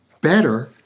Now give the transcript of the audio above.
better